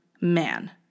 man